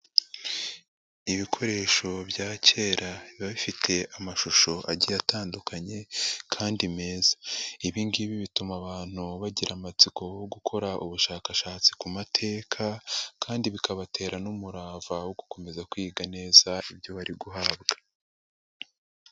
Ibikoresho bya kera biba bifite amashusho agiye atandukanye kandi meza, ibi ngibi bituma abantu bagira amatsiko yo gukora ubushakashatsi ku mateka kandi bikabatera n'umurava wo gukomeza kwiga neza ibyo bari guhabwa.